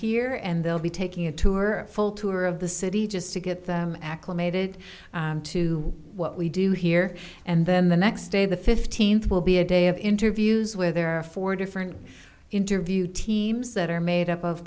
here and they'll be taking a tour full tour of the city just to get them acclimated to what we do here and then the next day the fifteenth will be a day of interviews where there are four different interview teams that are made up of